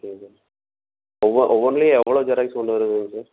okay sir ஒவ்வொன்லையும் எவ்வளோ xerox கொண்டு வரணும் சார்